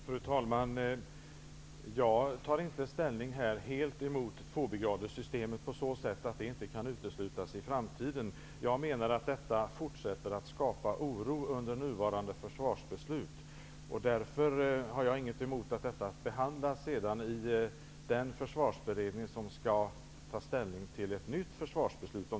Fru talman! Jag tar inte ställning helt emot tvåbrigadssystemet. Det kan inte uteslutas i framtiden. Jag menar att detta fortsätter att skapa oro under nuvarande försvarsbeslut. Därför har jag inget emot att detta behandlas sedan, i den försvarsberedning som skall ta ställning till ett nytt försvarsbeslut.